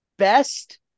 Best